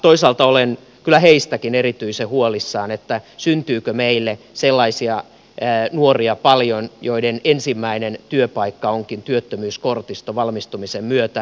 toisaalta olen kyllä heistäkin erityisen huolissani että syntyykö meille paljon sellaisia nuoria joiden ensimmäinen työpaikka onkin työttömyyskortisto valmistumisen myötä